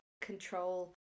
control